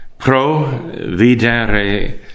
Providere